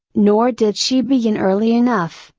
nor did she begin early enough,